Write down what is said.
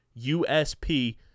USP